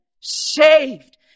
saved